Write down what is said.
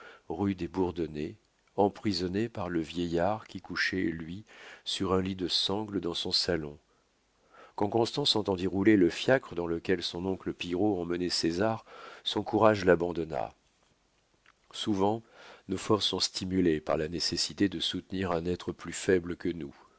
rue des bourdonnais emprisonné par le vieillard qui couchait lui sur un lit de sangle dans son salon quand constance entendit rouler le fiacre dans lequel son oncle pillerault emmenait césar son courage l'abandonna souvent nos forces sont stimulées par la nécessité de soutenir un être plus faible que nous